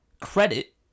credit